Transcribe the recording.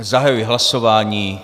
Zahajuji hlasování.